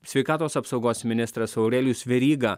sveikatos apsaugos ministras aurelijus veryga